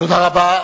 תודה רבה.